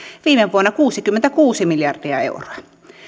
viime vuonna kuusikymmentäkuusi miljardia euroa